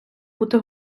бути